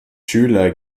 schüler